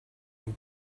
and